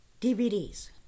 DVDs